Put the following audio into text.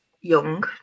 young